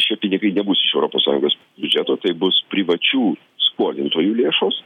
šie pinigai nebus iš europos sąjungos biudžeto tai bus privačių skolintojų lėšos